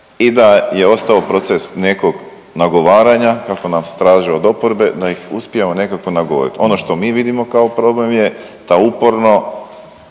i da je ostao proces nekog nagovaranja kako nas traže od oporbe da ih uspijemo nekako nagovorit. Ono što mi vidimo kao problem je da uporno